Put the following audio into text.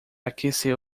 aquecer